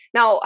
Now